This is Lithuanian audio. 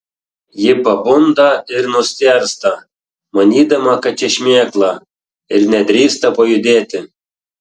ji pabunda ir nustėrsta manydama kad čia šmėkla ir nedrįsta pajudėti